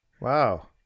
Wow